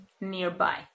nearby